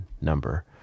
number